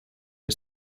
que